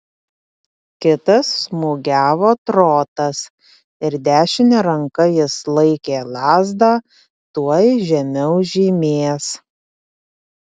kitas smūgiavo trotas ir dešine ranka jis laikė lazdą tuoj žemiau žymės